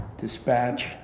dispatch